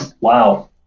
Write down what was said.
Wow